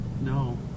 No